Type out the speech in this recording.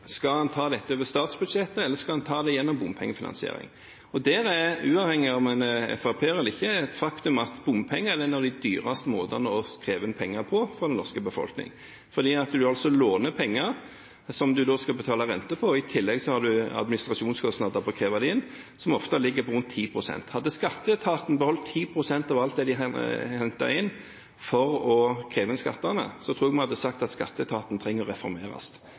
skal en ta dette over statsbudsjettet, eller skal en ta det gjennom bompengefinansiering. Uavhengig av om en er FrP-er eller ikke, er det et faktum at bompenger er en av de dyreste måtene å kreve inn penger på for den norske befolkning, for da låner du altså penger, som du skal betale rente på, og i tillegg er det administrasjonskostnader på å kreve det inn, som ofte ligger på rundt 10 pst. Hadde skatteetaten beholdt 10 pst. av alt de henter inn, for å kreve inn skattene, tror jeg vi hadde sagt at skatteetaten trenger å reformeres.